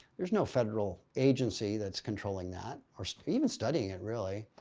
there's no federal agency that's controlling that or even studying it, really.